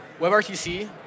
WebRTC